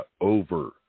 over